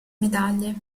medaglie